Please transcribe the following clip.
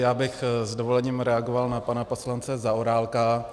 Já bych s dovolením reagoval na pana poslance Zaorálka.